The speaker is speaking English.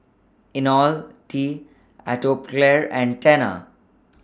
Ionil T Atopiclair and Tena